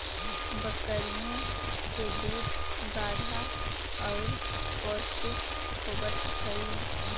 बकरियों के दूध गाढ़ा और पौष्टिक होवत हई